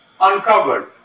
uncovered